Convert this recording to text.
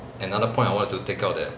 another point I want to take out that